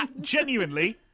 Genuinely